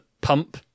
pump